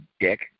dick